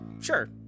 Sure